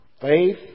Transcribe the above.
faith